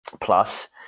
plus